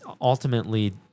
ultimately